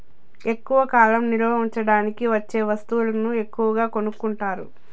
ఎక్కువ కాలం నిల్వ ఉంచడానికి వచ్చే వస్తువులను ఎక్కువగా కొనుక్కుంటారు